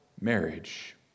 marriage